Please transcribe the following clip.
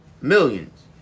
Millions